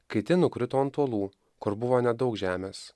kiti nukrito ant uolų kur buvo nedaug žemės